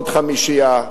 עוד חמישייה,